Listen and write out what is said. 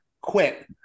quit